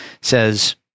says